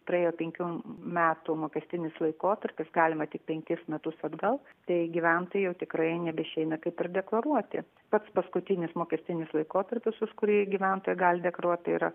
praėjo penkių metų mokestinis laikotarpis galima tik penkis metus atgal tai gyventojui jau tikrai nebeišeina kaip ir deklaruoti pats paskutinis mokestinis laikotarpis už kurį gyventojai gali deklaruot tai yra